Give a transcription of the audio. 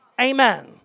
Amen